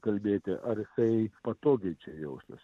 kalbėti ar jisai patogiai jaustųs